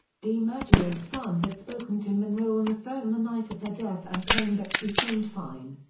dimaggio's son had spoken to monroe on the phone the night of her death and claimed that she seemed fine.